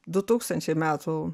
du tūkstančiai metų